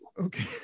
Okay